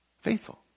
faithful